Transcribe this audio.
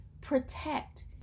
protect